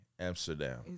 Amsterdam